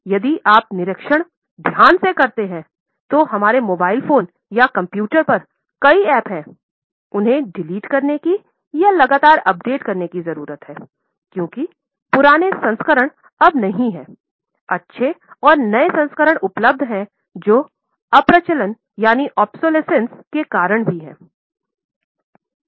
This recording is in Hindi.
यदि आप निरीक्षण ध्यान से निरीक्षण करते हैं तो हमारे मोबाइल पर या कंप्यूटर पर कई ऐप है उन्हें डिलीट करने की या लगातार अपडेट करने की जरूरत है क्योंकि पुराने संस्करण अब नहीं हैं अच्छा और नए संस्करण उपलब्ध हैं जो अप्रचलन के कारण भी हैं